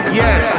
yes